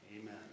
Amen